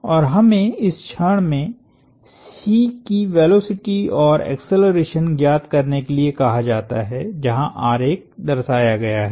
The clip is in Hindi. और हमें इस क्षण में C की वेलोसिटी और एक्सेलरेशन ज्ञात करने के लिए कहा जाता है जहाँ आरेख दर्शाया गया है